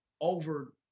over